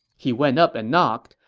he went up and knocked,